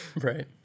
right